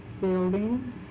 building